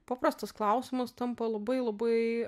paprastas klausimas tampa labai labai